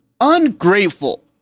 Ungrateful